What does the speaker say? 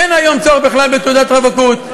אין היום צורך בכלל בתעודת רווקות,